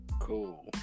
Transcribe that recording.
Cool